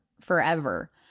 forever